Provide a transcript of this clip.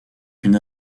une